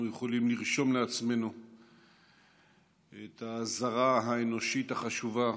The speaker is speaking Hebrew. יכולים לרשום לעצמנו את האזהרה האנושית החשובה